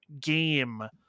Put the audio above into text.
game